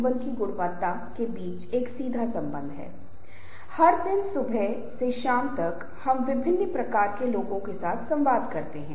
यह विचारों की लड़ाई नहीं है बल्कि जो लोग समूह में शामिल हैं और जो काम कर रहे हैं और एक दूसरे के दृष्टिकोण को समझने की कोशिश कर रहे हैं